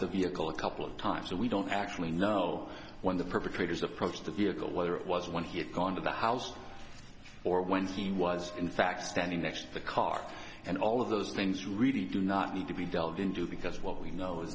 the vehicle a couple of times and we don't actually know when the perpetrators approached the vehicle whether it was when he had gone to the house or when he was in fact standing next to the car and all of those things really do not need to be delved into because what we know